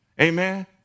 Amen